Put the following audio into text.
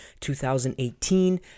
2018